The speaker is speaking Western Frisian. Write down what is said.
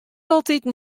altiten